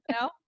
No